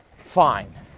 fine